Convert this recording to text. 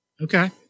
Okay